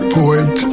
poet